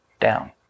down